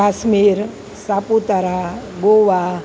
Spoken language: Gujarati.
કાશ્મીર સાપુતારા ગોવા